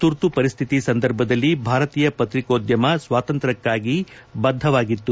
ತುರ್ತು ಪರಿಶ್ಠಿತಿ ಸಂದರ್ಭದಲ್ಲಿ ಭಾರತೀಯ ಪತ್ರಿಕೋದ್ಯಮ ಸ್ವಾತಂತ್ರ್ಯಕ್ಕಾಗಿ ಬದ್ಧವಾಗಿತ್ತು